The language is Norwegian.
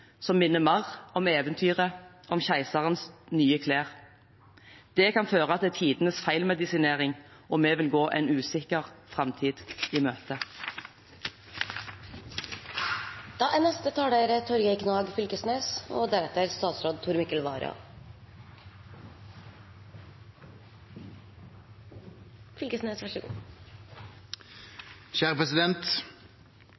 som minner mer om eventyret om keiserens nye klær. Det kan føre til tidenes feilmedisinering, og vi vil gå en usikker framtid i møte. Det er mange som snakkar om utfordringar i dag, men klimaendringane er vår tids største utfordring. Det er ingen tvil om det, og